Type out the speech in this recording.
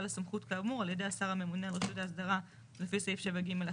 הסמכות כאמור על ידי השר הממונה על רשות ההסדרה לפי סעיף 7(ג)(1)